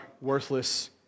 worthless